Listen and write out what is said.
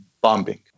bombing